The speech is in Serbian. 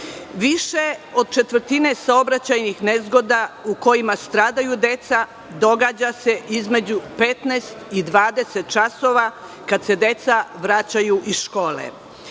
Više od četvrtine saobraćajnih nezgoda u kojima stradaju deca događa se između 15,00 i 20,00 časova, kad se deca vraćaju iz